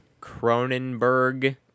Cronenberg